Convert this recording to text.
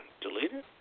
deleted